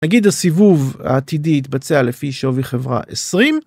נגיד הסיבוב העתידי יתבצע לפי שווי חברה 20.